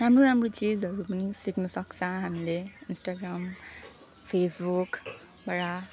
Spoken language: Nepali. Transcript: राम्रो राम्रो चिजहरू पनि सिक्नु सक्छ हामीले इन्स्टाग्राम फेसबुकबाट